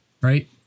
right